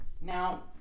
Now